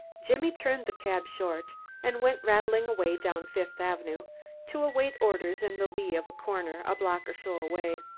jimmy turned the cab short and went rattling away down fifth avenue to await orders in the lee of a corner a block or so away.